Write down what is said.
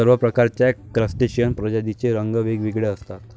सर्व प्रकारच्या क्रस्टेशियन प्रजातींचे रंग वेगवेगळे असतात